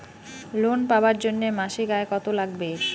Loan পাবার জন্যে মাসিক আয় কতো লাগবে?